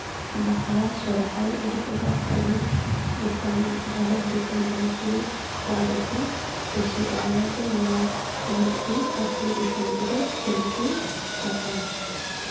ᱵᱟᱦᱟ ᱥᱚᱨᱦᱟᱭ ᱟᱹᱰᱤ ᱠᱟᱡᱟᱠ ᱟᱵᱚ ᱫᱤᱥᱚᱢ ᱵᱷᱟᱨᱚᱛ ᱫᱤᱥᱚᱢ ᱨᱮᱱ ᱠᱩᱲᱤᱼᱠᱚᱲᱟ ᱫᱚᱠᱚ ᱠᱩᱥᱤᱜᱼᱟ ᱚᱱᱟᱛᱮ ᱱᱚᱣᱟ ᱮᱱᱮᱡ ᱜᱮ ᱟᱵᱚ ᱫᱤᱥᱚᱢ ᱨᱮᱫᱚ ᱪᱚᱞᱛᱤ ᱟᱠᱟᱱᱟ